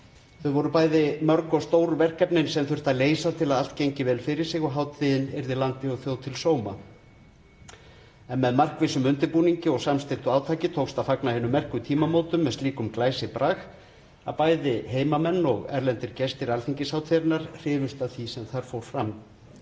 Þau voru bæði mörg og stór verkefnin sem þurfti að leysa til að allt gengi vel fyrir sig og hátíðin yrði landi og þjóð til sóma. En með markvissum undirbúningi og samstilltu átaki tókst að fagna hinum merku tímamótum með slíkum glæsibrag að bæði heimamenn og erlendir gestir Alþingishátíðarinnar á Þingvöllum hrifust af því sem þar fór fram.